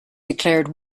declared